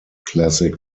classic